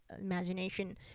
imagination